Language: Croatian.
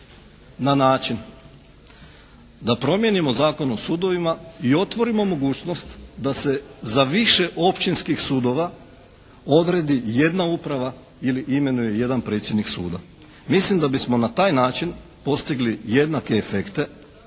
na način da promijenimo Zakon o sudovima i otvorimo mogućnost da se za više općinskih sudova odredi jedna uprava ili imenuje jedan predsjednik suda. Mislim da bismo na taj način postigli jednake efekte.